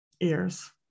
Ears